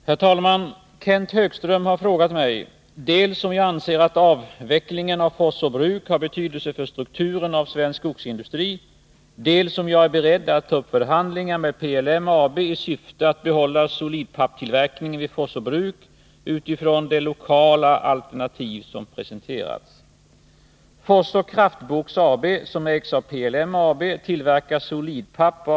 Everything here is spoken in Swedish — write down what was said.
Herr talman! Kenth Högström har frågat mig dels om jag anser att avvecklingen av Forsså Bruk har betydelse för strukturen av svensk skogsindustri, dels om jag är beredd att ta upp förhandlingar med PLM AB i syfte att behålla solidpappstillverkningen vid Forsså Bruk utifrån det lokala alternativ som presenterats. drygt 200 personer.